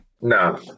No